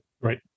Right